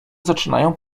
zaczynają